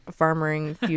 farmering